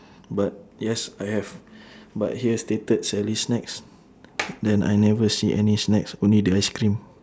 but yes I have but here stated sally's snacks then I never see any snacks only the ice cream